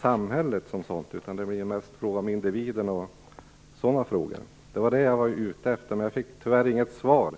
samhället som sådant. Det gäller annars mest frågor om individen osv. Det var detta som jag undrade om, men jag fick tyvärr inget svar.